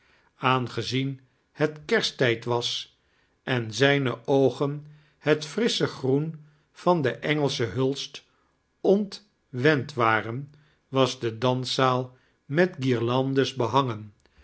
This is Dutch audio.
aangezien het kersttijd was en zijne oogen het frissohe groen van den engelsohen hulst ontwend waren was de damszaal met guirlandes behangen